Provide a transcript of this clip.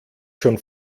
schon